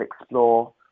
explore